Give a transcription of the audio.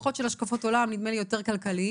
פחות של השקפות עולם, יותר כלכליים,